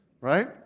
Right